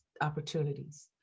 opportunities